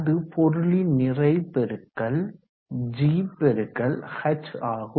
அது பொருளின் நிறை பெருக்கல் g × h ஆகும்